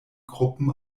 gruppen